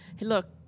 look